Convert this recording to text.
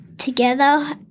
Together